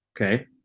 Okay